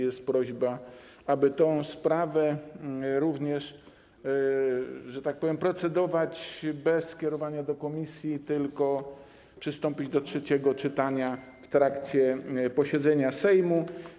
Jest prośba, aby nad tą sprawą również, że tak powiem, procedować bez skierowania do komisji, tylko przystąpić do trzeciego czytania w trakcie posiedzenia Sejmu.